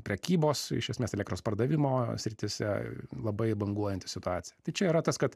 prekybos iš esmės elektros pardavimo srityse labai banguojanti situacija tai čia yra tas kad